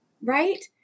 right